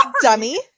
Dummy